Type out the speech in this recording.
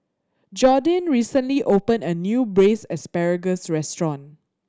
Jordyn recently opened a new Braised Asparagus restaurant